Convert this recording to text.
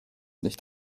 nicht